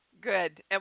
Good